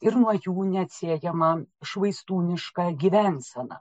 ir nuo jų neatsiejama švaistūniška gyvensena